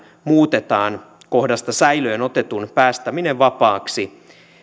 muutetaan kohdasta säilöön otetun päästäminen vapaaksi